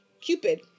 Cupid